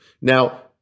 Now